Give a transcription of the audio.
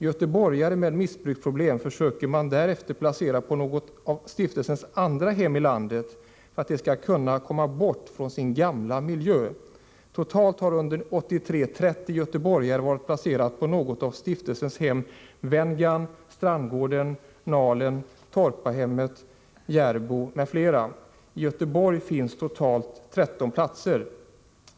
Göteborgare med missbruksproblem försöker man därefter placera på något av stiftelsens andra hem i landet, för att de skall komma bort från sin gamla miljö. Totalt har under år 1983 30 göteborgare varit placerade på något av stiftelsens hem Venngarn, Strandgården, Nalen, Torpahemmet, Järbo m.fl. I Göteborg finns totalt 13 platser.